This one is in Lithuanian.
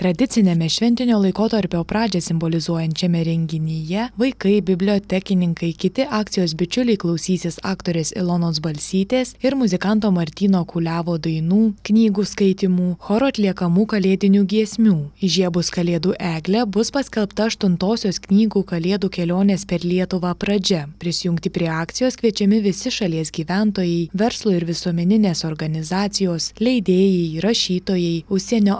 tradiciniame šventinio laikotarpio pradžią simbolizuojančiame renginyje vaikai bibliotekininkai kiti akcijos bičiuliai klausysis aktorės ilonos balsytės ir muzikanto martyno kuliavo dainų knygų skaitymų choro atliekamų kalėdinių giesmių įžiebus kalėdų eglę bus paskelbta aštuntosios knygų kalėdų kelionės per lietuvą pradžia prisijungti prie akcijos kviečiami visi šalies gyventojai verslo ir visuomeninės organizacijos leidėjai rašytojai užsienio